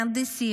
מהנדסים,